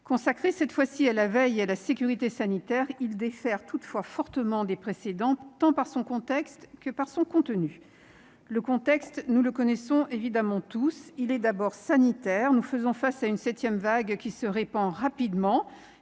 Consacré cette fois-ci à la « veille et à la sécurité sanitaire », il diffère toutefois fortement des précédents, tant par son contexte que par son contenu. Le contexte, nous le connaissons évidemment tous. Il est d'abord sanitaire. Nous faisons face à une septième vague qui se répand rapidement,